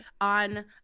on